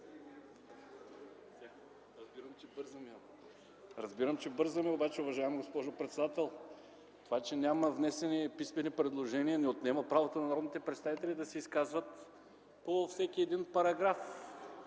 Разбирам, че бързаме, обаче, уважаема госпожо председател, това, че няма внесени писмени предложения, не отнема правото на народните представители да се изказват по всеки един параграф,